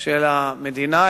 של המדינה,